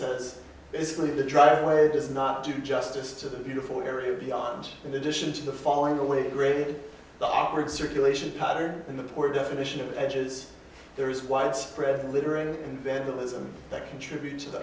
it's basically the driveway does not do justice to the beautiful area beyond in addition to the falling away grid awkward circulation patterns and the poor definition of edges there is widespread littering vandalism that contributed to the